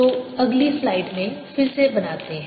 तो अगली स्लाइड में फिर से बनाते हैं